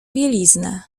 bieliznę